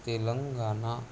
Telangana